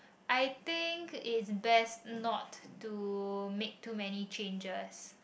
I think is best not to make to many changes